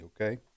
okay